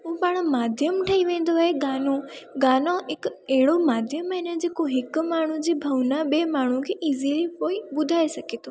उहा पाण माध्यम ठही वेंदो आहे गानो गानो हिकु अहिड़ो माध्यम आहे न जेको हिकु माण्हू जी भावना ॿिए माण्हू खे इज़िली कोई ॿुधाए सघे थो